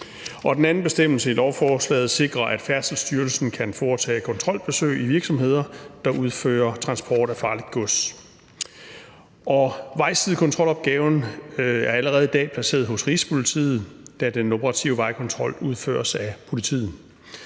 Den anden bestemmelse i lovforslaget sikrer, at Færdselsstyrelsen kan foretage kontrolbesøg i virksomheder, der udfører transport af farligt gods. Vejsidekontrolopgaven er allerede i dag placeret hos Rigspolitiet, da den operative vejkontrol udføres af politiet,